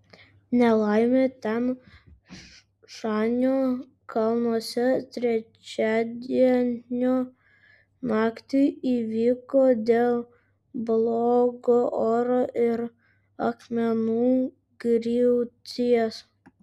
nelaimė tian šanio kalnuose trečiadienio naktį įvyko dėl blogo oro ir akmenų griūties